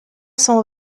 cent